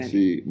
See